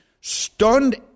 stunned